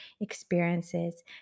experiences